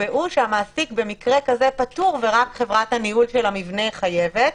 יקבעו שהמעסיק במקרה כזה פטור ורק חברת הניהול של המבנה חייבת.